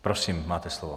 Prosím, máte slovo.